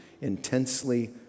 Intensely